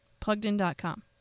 PluggedIn.com